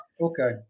okay